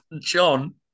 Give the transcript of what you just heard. John